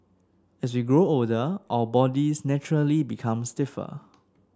as we grow older our bodies naturally become stiffer